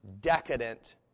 decadent